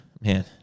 man